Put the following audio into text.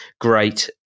great